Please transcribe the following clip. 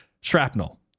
Shrapnel